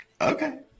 okay